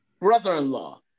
brother-in-law